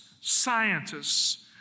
scientists